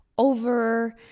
Over